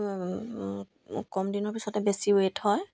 কম দিনৰ পিছতে বেছি ৱেইট হয়